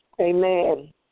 Amen